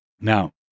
Now